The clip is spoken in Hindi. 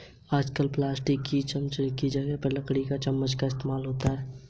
आजकल प्लास्टिक की चमच्च की जगह पर लकड़ी की चमच्च का इस्तेमाल होता है